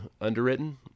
underwritten